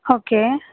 okay